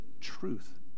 truth